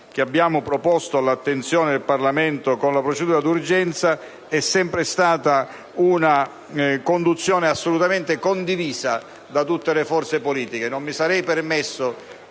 che abbiamo proposto all'attenzione del Parlamento con la procedura d'urgenza è sempre stata assolutamente condivisa da tutte le forze politiche. Non mi sarei permesso